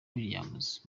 williams